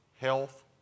health